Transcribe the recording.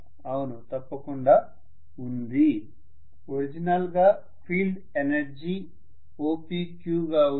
అవును తప్పకుండా ఉంది ఒరిజినల్ గా ఫీల్డ్ ఎనర్జీ OPQ గా ఉంది